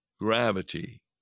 gravity